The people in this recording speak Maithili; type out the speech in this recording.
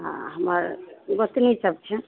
आ हमर गोतनीसभ छै